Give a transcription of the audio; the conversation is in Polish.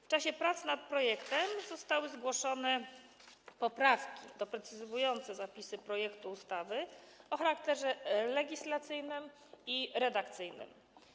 W czasie prac nad projektem zostały zgłoszone poprawki doprecyzowujące zapisy projektu ustawy o charakterze legislacyjnym i redakcyjnym.